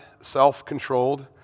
self-controlled